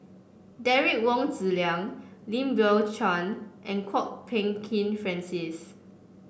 Derek Wong Zi Liang Lim Biow Chuan and Kwok Peng Kin Francis